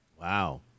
Wow